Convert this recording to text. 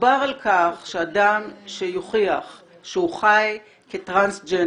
דובר על כך שאדם שיוכיח שהוא חי כטרנסג'נדר